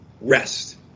Rest